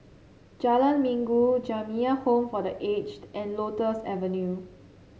Jalan Minggu Jamiyah Home for The Aged and Lotus Avenue